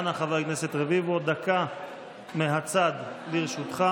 אנא, חבר הכנסת רביבו, דקה מהצד לרשותך.